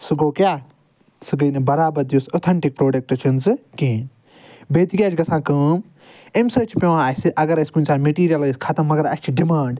سُہ گوٚو کیٛاہ سُہ گٔے نہٕ بَرابردی یُس اوٚتھیٚنٹِک پرٛوڈَکٹ چھُنہٕ سُہ کِہیٖنۍ بیٚیہِ تہِ کیٛاہ چھِ گَژھان کٲم اَمہِ سۭتۍ چھِ پیٚوان اسہِ اگر اسہِ کُنہ ساتہٕ میٚٹیٖریل گَژھہِ ختم مگر اسہِ چھِ ڈِمانٛڈ